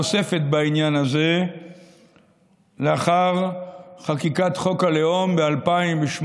נוספת, בעניין הזה לאחר חקיקת חוק הלאום ב-2018,